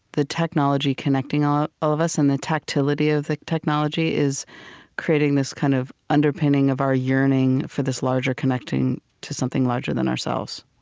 the technology connecting all of us, and the tactility of the technology, is creating this kind of underpinning of our yearning for this larger connecting to something larger than ourselves.